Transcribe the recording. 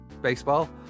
baseball